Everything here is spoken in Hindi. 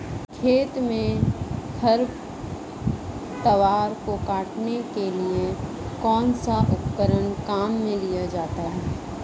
खेत में खरपतवार को काटने के लिए कौनसा उपकरण काम में लिया जाता है?